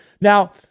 Now